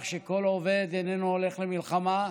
בכך שכל עובד איננו הולך למלחמה,